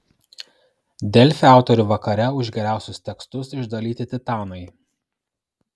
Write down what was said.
delfi autorių vakare už geriausius tekstus išdalyti titanai